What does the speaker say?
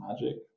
magic